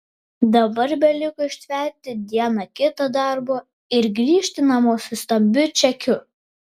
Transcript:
dabar beliko ištverti dieną kitą darbo ir grįžti namo su stambiu čekiu